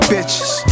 Bitches